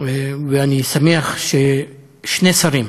אני שמח ששני שרים,